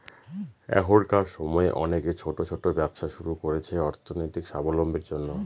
এখনকার সময় অনেকে ছোট ছোট ব্যবসা শুরু করছে অর্থনৈতিক সাবলম্বীর জন্য